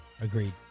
Agreed